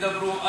ידברו,